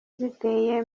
ziteye